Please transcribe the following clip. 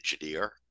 engineer